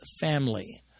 family